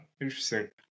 Interesting